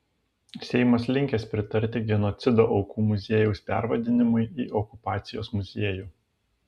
seimas linkęs pritarti genocido aukų muziejaus pervadinimui į okupacijos muziejų